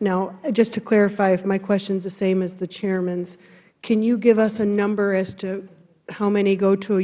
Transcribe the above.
now just to clarify if my question is the same as the chairmans can you give us a number as to how many go to